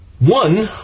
one